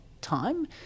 time